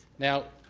now